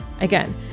Again